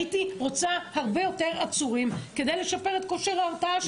הייתי רוצה הרבה יותר עצורים כדי לשפר את כושר ההרתעה שלנו.